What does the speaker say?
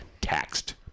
taxed